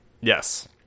Yes